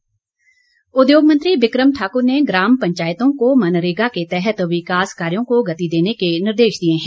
बिक्रम ठाकुर उद्योग मंत्री बिक्रम ठाक्र ने ग्राम पंचायतों को मनरेगा के तहत विकास कार्यो को गति देने के निर्देश दिए हैं